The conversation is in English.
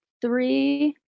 three